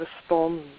respond